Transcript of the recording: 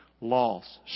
loss